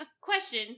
Question